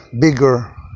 bigger